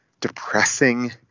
depressing